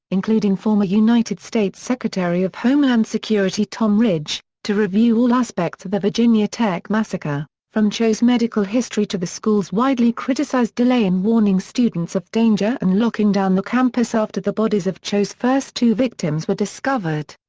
including former united states secretary of homeland security tom ridge, to review all aspects of the virginia tech massacre, from cho's medical history to the school's widely criticized delay in warning students of danger and locking down the campus after the bodies of cho's first two victims were discovered.